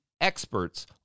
experts